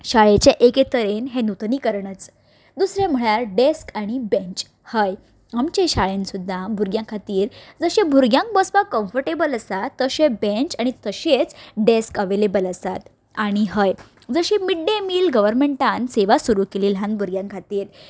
शाळेचे एकेक तरेन नुतनीकरणाचो दुसरें म्हमल्यार डेस्क आनी बँच हय आमचे शाळेन सुद्दां भुरग्यां खातीर जशें भुरग्यांक बसपाक कमफरटेबल आसा तशें बँच आनी तशेंच डेस्क अवेलेबल आसा आनी हय जशी मीड डे मील गवरमेंटान सेवा सुरू केली ल्हान भुरग्यां खातीर